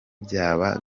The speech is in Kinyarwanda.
byaba